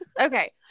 Okay